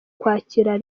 kwakira